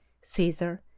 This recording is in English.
Caesar